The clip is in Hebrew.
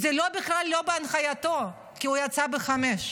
זה בכלל לא בהנחייתו, כי הוא יצא ב-17:00.